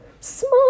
small